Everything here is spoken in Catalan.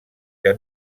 que